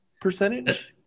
percentage